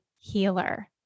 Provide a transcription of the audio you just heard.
healer